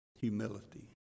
humility